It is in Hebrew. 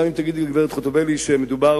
גם אם תגיד גברת חוטובלי שמדובר